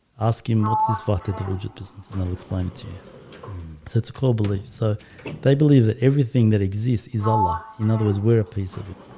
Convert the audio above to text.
ask him. what's this forty two legit business and i'll explain it to you setsuko belief so they believe that everything that exists is allah in other words we're a piece of him,